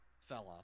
fella